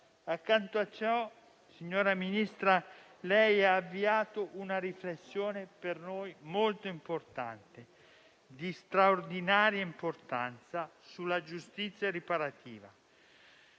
accanto a ciò, signor Ministro, lei ha avviato una riflessione, per noi di straordinaria importanza, sulla giustizia riparativa.